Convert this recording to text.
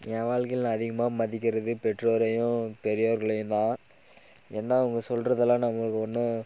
என் வாழ்க்கையில் அதிகமாக மதிக்கிறது பெற்றோரையும் பெரியோர்களையும் தான் என்ன அவங்க சொல்கிறதுலாம் நம்மளுக்கு ஒன்றும்